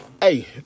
hey